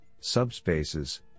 subspaces